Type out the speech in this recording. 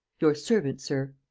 your servant, sir.